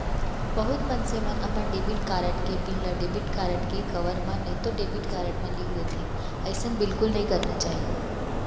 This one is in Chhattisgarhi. बहुत मनसे मन अपन डेबिट कारड के पिन ल डेबिट कारड के कवर म नइतो डेबिट कारड म लिख देथे, अइसन बिल्कुल नइ करना चाही